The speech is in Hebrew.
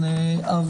זאת אומרת,